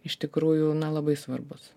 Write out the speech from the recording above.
iš tikrųjų na labai svarbus